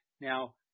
Now